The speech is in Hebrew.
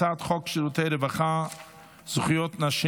הצעת חוק שירותי רווחה (זכויות נשים